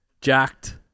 jacked